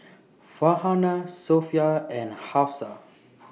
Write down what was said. Farhanah Sofea and Hafsa